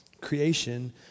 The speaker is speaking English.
Creation